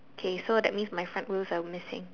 K so that means my front wheels are missing